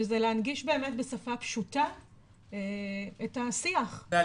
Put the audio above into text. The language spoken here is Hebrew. שזה להנגיש באמת בשפה פשוטה את השיח ועל